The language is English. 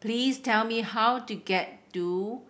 please tell me how to get to